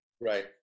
Right